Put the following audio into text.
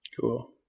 Cool